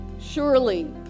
Surely